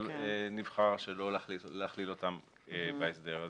אבל נבחר שלא להכליל אותם בהסדר הזה.